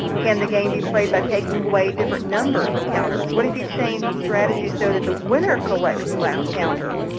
can the game be played by taking away different numbers of counters? what if you change the strategy so that the winner collects the last counter?